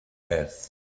earth